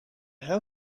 how